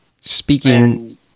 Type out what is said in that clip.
speaking